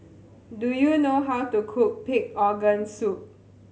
do you know how to cook pig organ soup